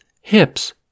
hips